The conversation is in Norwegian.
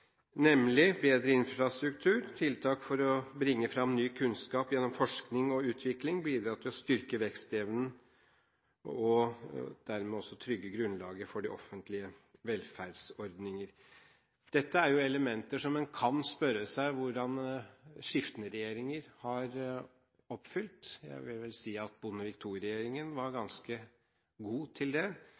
nemlig bedre infrastruktur, tiltak for å bringe fram ny kunnskap gjennom forskning og utvikling og bidra til å styrke vekstevnen og dermed også trygge grunnlaget for de offentlige velferdsordningene. Dette er jo elementer som en kan spørre seg hvordan skiftende regjeringer har oppfylt. Jeg vil vel si at Bondevik II-regjeringen var ganske god til det.